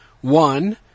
One